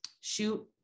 shoot